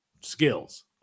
skills